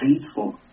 faithful